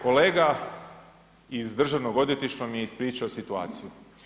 Kolega iz državnog odvjetništva mi je ispričao situaciju.